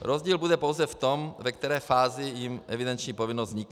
Rozdíl bude pouze v tom, ve které fázi jim evidenční povinnost vznikne.